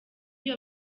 iyo